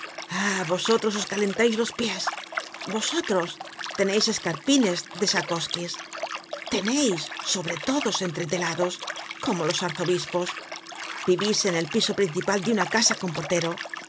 vosotros os calentais los pies vosotros teneis escarpines de sakoskis teneis sobretodos entretelados como los arzobispos vivís en el piso principal de una casa con portero